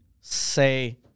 say